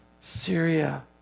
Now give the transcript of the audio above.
Syria